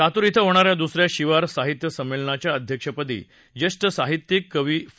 लातूर िं होणाऱ्या दुसऱ्या शिवार साहित्य संमेलनाच्या अध्यक्षपदी ज्येष्ठ साहित्यिक कवी फ